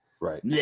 Right